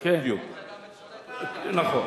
נכון.